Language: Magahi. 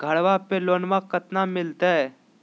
घरबा पे लोनमा कतना मिलते?